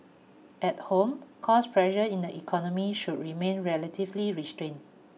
at home cost pressure in the economy should remain relatively restrained